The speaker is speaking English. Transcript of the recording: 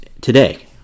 today